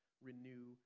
renew